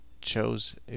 chose